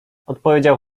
odpowiedział